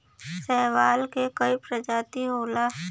शैवाल के कई प्रजाति होला